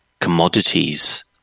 commodities